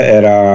era